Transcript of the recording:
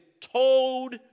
told